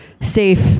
safe